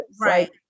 Right